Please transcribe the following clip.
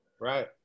Right